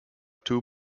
two